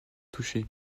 touché